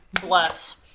Bless